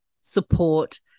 support